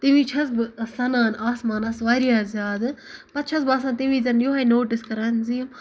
تَمہِ وِزِ چھَس بہٕ سَنان آسمانَس واریاہ زیادٕ پَتہٕ چھس بہٕ آسان تَمہِ وِزین یِہوے نوٹِس کران زِ کہِ یِم